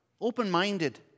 open-minded